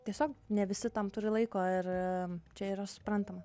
tiesiog ne visi tam turi laiko ir čia yra suprantama